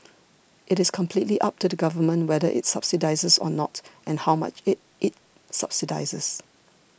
it is completely up to the Government whether it subsidises or not and how much it subsidises